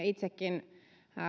itsekin